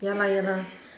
ya lah ya lah